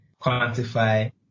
Quantify